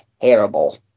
terrible